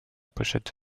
pochette